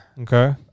Okay